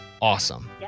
Awesome